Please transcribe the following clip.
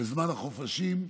בזמן החופשים.